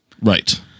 right